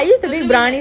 does it mean that